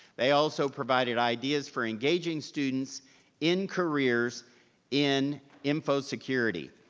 they also provided ideas for engaging students in careers in info security.